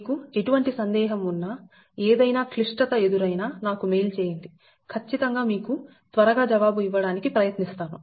మీకు ఎటువంటి సందేహం ఉన్నాఏదైనా క్లిష్టత ఎదురైనా నాకు మెయిల్ చేయండి ఖచ్చితం గా మీకు త్వరగా జవాబు ఇవ్వడానికి ప్రయత్నిస్తాను